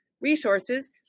resources